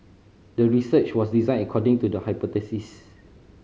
the research was designed according to the hypothesis